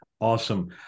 Awesome